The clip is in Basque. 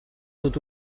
dut